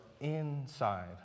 inside